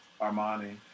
Armani